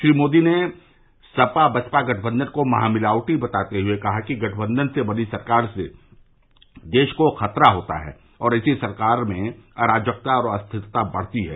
श्री मोदी ने सपा बसपा गठबंधन को महामिलावटी बताते हुए कहा कि गठबंधन से बनी सरकार से देश को खतरा होता है और ऐसी सरकार मे अराजकता और अस्थिरता बढ़ती है